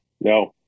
No